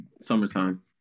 summertime